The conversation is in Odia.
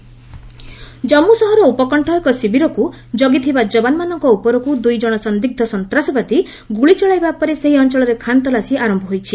ଜାମ୍ମୁ ସର୍ଚ୍ଚ ଜାମ୍ମୁ ସହର ଉପକଶ୍ଚ ଏକ ଶିବିରକୁ ଜଗିଥିବା ଯବାନମାନଙ୍କ ଉପରକୁ ଦୁଇଜଣ ସନ୍ଦିଗ୍ଧ ସନ୍ତାସବାଦୀ ଗୁଳି ଚଳାଇବା ପରେ ସେହି ଅଞ୍ଚଳରେ ଖାନ୍ତଲାସି ଆରମ୍ଭ ହୋଇଛି